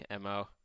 MO